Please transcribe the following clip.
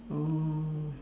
oh